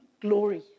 glory